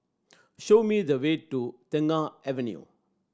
show me the way to Tengah Avenue